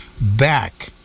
back